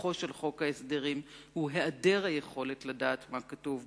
בכוחו של חוק ההסדרים הוא העדר היכולת לדעת מה כתוב בו,